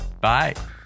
Bye